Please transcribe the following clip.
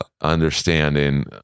understanding